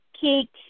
cake